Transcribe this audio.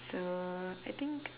so I think